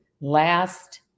last